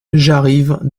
j’arrive